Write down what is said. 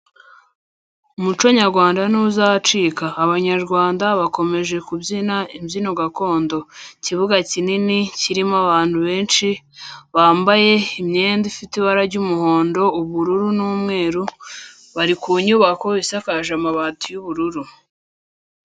Umuco Nyarwanda ntuzacika, Abanyarwanda bakomeje kubyina imbyino gakondo, ikibuga kinini kirimo abantu benshi bambaye imyenda ifite ibara ry'umuhondo, ubururu n'umweru, bari ku nyubako isakaje amabati y'ubururu.